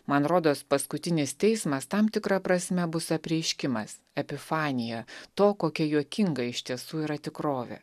man rodos paskutinis teismas tam tikra prasme bus apreiškimas epifanija to kokia juokinga iš tiesų yra tikrovė